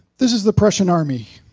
this is the prussian army,